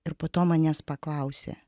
ir po to manęs paklausė